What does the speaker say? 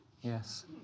Yes